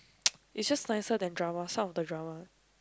it's just nicer than drama some of the drama